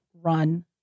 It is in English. run